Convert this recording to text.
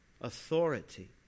authority